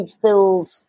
filled